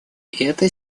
эта